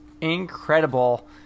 incredible